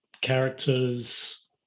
characters